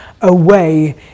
away